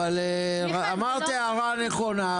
אמרת הערה נכונה,